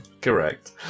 Correct